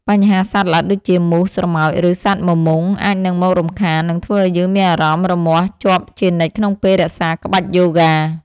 បញ្ហាសត្វល្អិតដូចជា មូស ស្រមោច ឬសត្វមមង់ អាចនឹងមករំខាន និងធ្វើឱ្យយើងមានអារម្មណ៍រមាស់ជាប់ជានិច្ចក្នុងពេលរក្សាក្បាច់យូហ្គា។